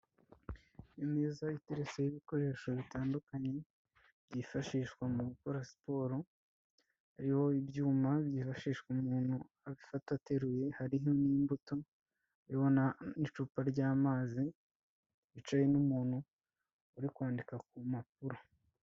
Imeza iteretseho ibikoresho bitandukanye byifashishwa mu gukora siporo, hariho ibyuma byifashishwa umuntu abifata ateruye, hari n'imbuto n'icupa ry'amazi, hicaye n'umuntu uri kwandika ku mpapuro.